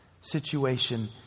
situation